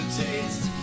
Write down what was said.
taste